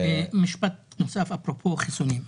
משפט נוסף, אפרופו חיסונים.